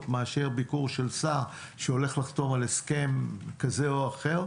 מאשר ביקור של שר שהולך לחתום על הסכם כזה או אחר,